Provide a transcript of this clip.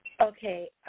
Okay